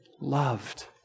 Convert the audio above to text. loved